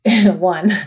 one